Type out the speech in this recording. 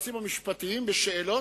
מדינה.